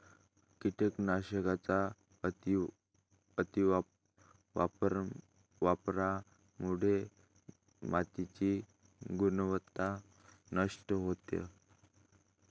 कीटकनाशकांच्या अतिवापरामुळे मातीची गुणवत्ता नष्ट होते